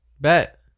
Bet